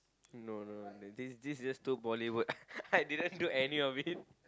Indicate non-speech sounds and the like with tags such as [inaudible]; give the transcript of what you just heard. no no no this is just too bollywood [laughs] I didn't do any of it